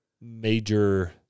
major